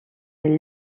del